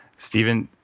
steven,